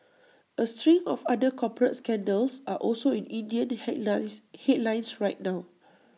A string of other corporate scandals are also in Indian headlines headlines right now